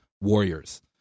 warriors